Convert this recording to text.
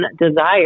desire